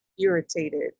irritated